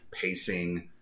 pacing